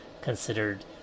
considered